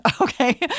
okay